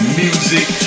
music